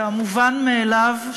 את המובן מאליו,